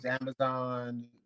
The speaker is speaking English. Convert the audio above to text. Amazon